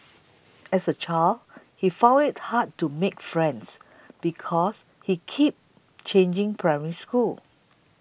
as a child he found it hard to make friends because he kept changing Primary Schools